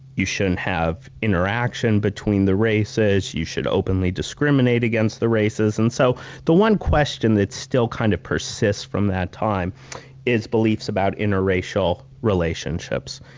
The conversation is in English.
you shouldn't have interaction between the races, you should openly discriminate against the races and so the one question that still kinds kind of persists from that time is beliefs about interracial relationships,